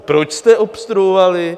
Proč jste obstruovali?